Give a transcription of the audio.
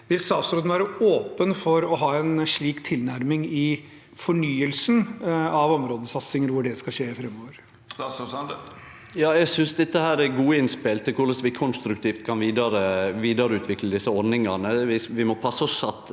Vil statsråden være åpen for å ha en slik tilnærming i fornyelsen av områdesatsingen og hvor det skal skje framover? Statsråd Erling Sande Eg synest dette er gode innspel til korleis vi konstruktivt kan vidareutvikle desse ordningane. Vi må passe på at